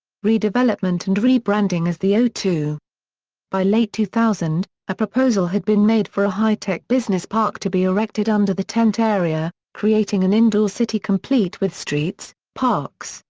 redevelopment and rebranding as the o two by late two thousand, a proposal had been made for a high-tech business park to be erected under the tent area, creating an indoor city complete with streets, parks,